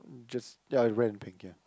just ya with red and pink ya